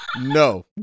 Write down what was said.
no